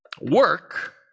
Work